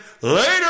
Later